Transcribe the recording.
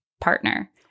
partner